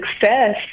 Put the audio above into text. success